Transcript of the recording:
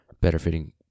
better-fitting